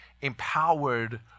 empowered